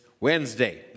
Wednesday